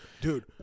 Dude